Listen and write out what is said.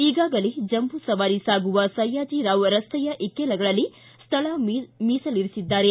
ಈಗಾಗಲೇ ಜಂಬೂಸವಾರಿ ಸಾಗುವ ಸಯ್ಯಾಜಿರಾವ್ ರಸ್ತೆಯ ಇಕ್ಕೆಲಗಳಲ್ಲಿ ಸ್ಥಳ ಮೀಸಲಿರಿಸಿದ್ದಾರೆ